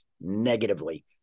negatively